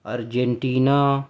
Argentina